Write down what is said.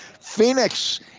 Phoenix